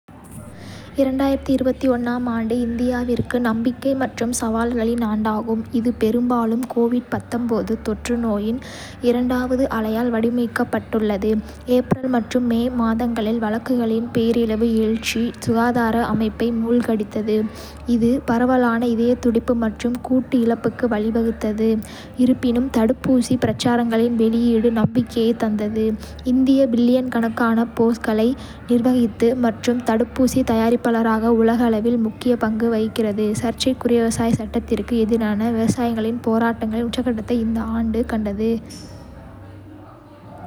2021 ஆம் ஆண்டு இந்தியாவிற்கு நம்பிக்கை மற்றும் சவால்களின் ஆண்டாகும், இது பெரும்பாலும் கோவிட் தொற்றுநோயின் இரண்டாவது அலையால் வடிவமைக்கப்பட்டுள்ளது. ஏப்ரல் மற்றும் மே மாதங்களில் வழக்குகளின் பேரழிவு எழுச்சி சுகாதார அமைப்பை மூழ்கடித்தது, இது பரவலான இதய துடிப்பு மற்றும் கூட்டு இழப்புக்கு வழிவகுத்தது. இருப்பினும், தடுப்பூசி பிரச்சாரங்களின் வெளியீடு நம்பிக்கையைத் தந்தது, இந்தியா பில்லியன் கணக்கான டோஸ்களை நிர்வகித்தது மற்றும் தடுப்பூசி தயாரிப்பாளராக உலகளவில் முக்கிய பங்கு வகிக்கிறது.சர்ச்சைக்குரிய விவசாயச் சட்டங்களுக்கு எதிரான விவசாயிகளின் போராட்டங்களின் உச்சக்கட்டத்தை இந்த ஆண்டு கண்டது,